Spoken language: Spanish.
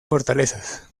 fortalezas